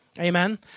Amen